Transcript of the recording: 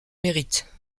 mérite